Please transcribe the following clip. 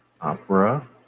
Opera